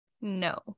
No